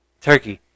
turkey